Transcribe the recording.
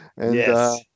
yes